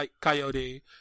coyote